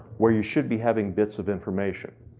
where you should be having bits of information.